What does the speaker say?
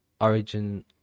origin